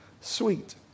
sweet